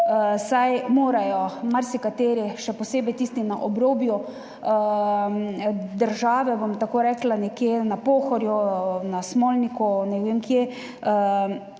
se morajo marsikateri, še posebej tisti na obrobju države, bom tako rekla, nekje na Pohorju, na Smolniku, ne vem kje,